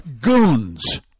goons